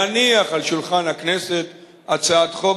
להניח על שולחן הכנסת הצעת חוק,